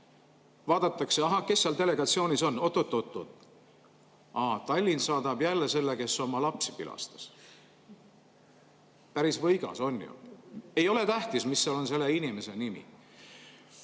vaadatakse, ahaa, kes seal delegatsioonis on, oot-oot-oot, aa, Tallinn saadab jälle selle, kes oma lapsi pilastas. Päris võigas, on ju? Ei ole tähtis, mis seal on selle inimese nimi.